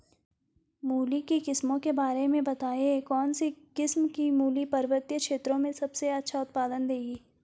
मूली की किस्मों के बारे में बताइये कौन सी किस्म की मूली पर्वतीय क्षेत्रों में सबसे अच्छा उत्पादन देंगी?